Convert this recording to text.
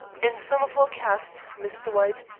in some of our casts, mr. white,